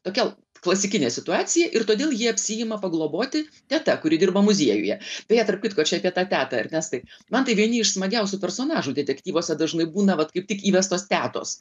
tokia klasikinė situacija ir todėl jį apsiima pagloboti teta kuri dirba muziejuje beje tarp kitko čia apie tą tetą ernestai man tai vieni iš smagiausių personažų detektyvuose dažnai būna vat kaip tik įvestos tetos